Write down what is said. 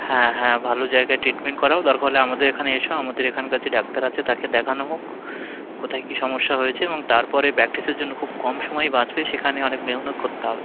হ্যাঁ হ্যাঁ ভালো জায়গায় ট্রিটমেন্ট করাও দরকার হলে আমাদের এখানে এসো আমাদের এখানকার যে ডাক্তার আছে তাকে দেখানো হোক কোথায় কি সমস্যা হয়েছে এবং তারপরে প্র্যাকটিসের জন্য খুব কম সময়ই বাঁচবে সেখানে অনেক মেহনত করতে হবে